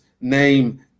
name